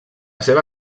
seva